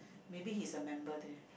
maybe he's a member there